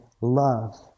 love